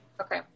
Okay